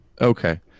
okay